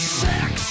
sex